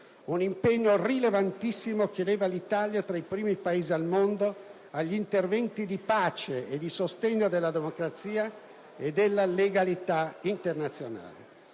rilevante, che eleva l'Italia tra i primi Paesi al mondo negli interventi di pace ed a sostegno della democrazia e della legalità internazionale.